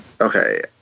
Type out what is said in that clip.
Okay